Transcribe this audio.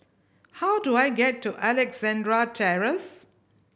how do I get to Alexandra Terrace